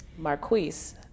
Marquise